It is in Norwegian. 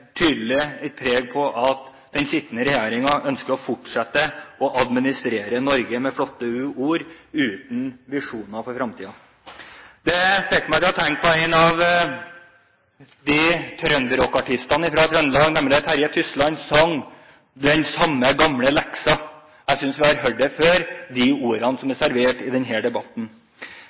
tydelig et tegn på at den sittende regjeringen ønsker å fortsette å administrere Norge med flotte ord uten visjoner for framtiden. Det fikk meg til å tenke på en av trønderrockartistene, nemlig Terje Tysland som sang «Samme Gamle Leksa». Jeg synes vi har hørt før de ordene som er servert i denne debatten.